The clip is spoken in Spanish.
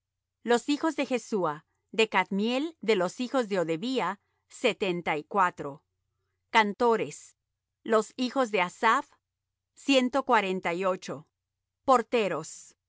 los hijos de jesuá de cadmiel de los hijos de odevía setenta y cuatro cantores los hijos de asaph ciento cuarenta y ocho porteros